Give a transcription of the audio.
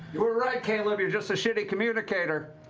you were right, caleb! you're just a shitty communicator!